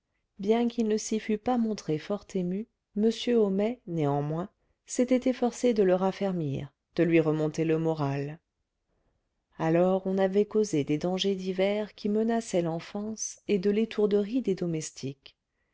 bien qu'il ne s'y fût pas montré fort ému m homais néanmoins s'était efforcé de le raffermir de lui remonter le moral alors on avait causé des dangers divers qui menaçaient l'enfance et de l'étourderie des domestiques